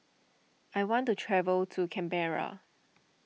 I want to travel to Canberra